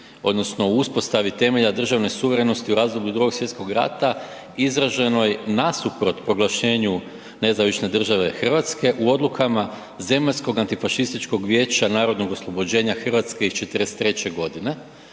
odnosno u uspostavi temelja državne suverenosti u razdoblju Drugog svjetskog rata izraženoj nasuprot proglašenju NDH u odlukama Zemaljskog antifašističkog vijeća narodnog oslobođenja Hrvatske iz '43. godine,